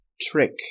Trick